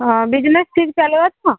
ହଁ ବିଜିନେସ୍ ଠିକ୍ ଚାଲିବ ତ